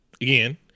Again